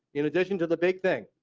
in addition to the big thing,